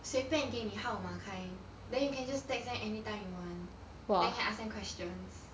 随便给你号码 kind then you can just text them anytime you want then can ask them question